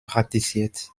praktiziert